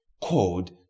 called